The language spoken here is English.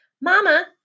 Mama